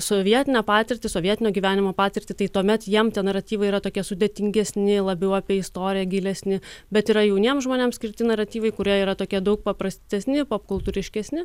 sovietinę patirtį sovietinio gyvenimo patirtį tai tuomet jiem tie naratyvai yra tokie sudėtingesni labiau apie istoriją gilesni bet yra jauniems žmonėms skirti naratyvai kurie yra tokie daug paprastesni popkultūriškesni